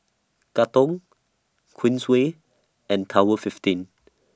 Katong Queensway and Tower fifteen